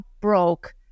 broke